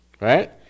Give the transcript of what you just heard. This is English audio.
Right